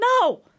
no